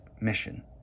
mission